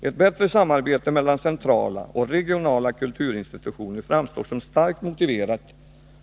Ett bättre samarbete mellan centrala och regionala kulturinstitutioner framstår som starkt motiverat.